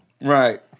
Right